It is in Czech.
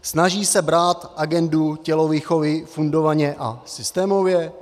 Snaží se brát agendu tělovýchovy fundovaně a systémově?